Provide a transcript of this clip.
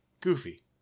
Goofy